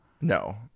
No